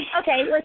okay